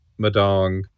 Madong